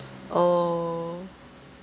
orh